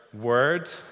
word